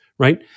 Right